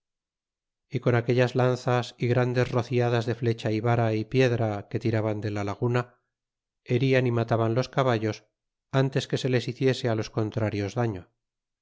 y con aquellas lanzas y grandes rociadas de flecha y vara é piedra que tiraban de la laguna herian y mataban los caballos antes que se les hiciese a los contrarios daño